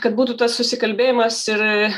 kad būtų tas susikalbėjimas ir